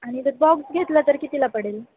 आणि जर बॉक्स घेतला तर कितीला पडेल